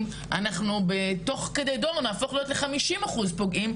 אנחנו תוך כדי דור נהפוך להיות ל-50 אחוז פוגעים,